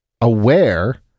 aware